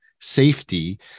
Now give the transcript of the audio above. safety